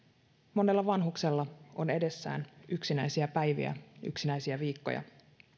monella vanhuksella on edessään yksinäisiä päiviä ja yksinäisiä viikkoja